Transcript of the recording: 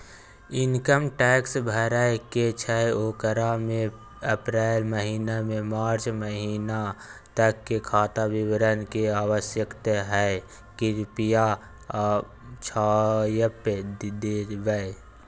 Income tax भरय के छै ओकरा में अप्रैल महिना से मार्च महिना तक के खाता विवरण के आवश्यकता हय कृप्या छाय्प देबै?